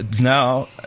Now